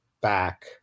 back